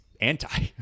anti